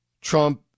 Trump